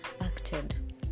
acted